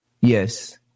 Yes